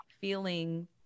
feeling